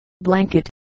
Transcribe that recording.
Blanket